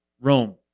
Rome